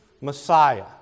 Messiah